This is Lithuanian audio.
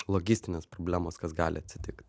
logistinės problemos kas gali atsitikt